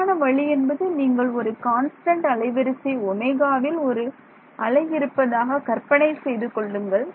சரியான வழி என்பது நீங்கள் ஒரு கான்ஸ்டன்ட் அலைவரிசை ஒமேகாவில் ஒரு அலை இருப்பதாக கற்பனை செய்து கொள்ளுங்கள்